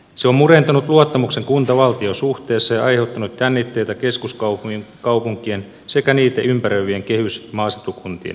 se on murentanut luottamuksen kuntavaltio suhteessa ja aiheuttanut jännitteitä keskuskaupunkien sekä niitä ympäröivien kehys ja maaseutukuntien välillä